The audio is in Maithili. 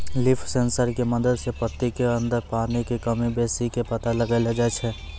लीफ सेंसर के मदद सॅ पत्ती के अंदर पानी के कमी बेसी के पता लगैलो जाय छै